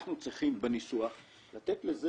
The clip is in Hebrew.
אנחנו צריכים בניסוח לתת לזה ביטוי.